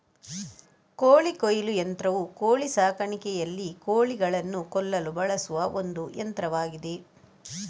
ಕೋಳಿ ಕೊಯ್ಲು ಯಂತ್ರವು ಕೋಳಿ ಸಾಕಾಣಿಕೆಯಲ್ಲಿ ಕೋಳಿಗಳನ್ನು ಕೊಲ್ಲಲು ಬಳಸುವ ಒಂದು ಯಂತ್ರವಾಗಿದೆ